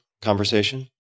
conversation